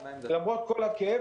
למרות כל הכאב,